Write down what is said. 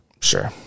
sure